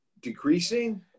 decreasing